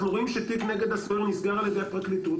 אנחנו רואים תיק נגד הסוהר נסגר על ידי הפרקליטות,